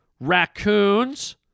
raccoons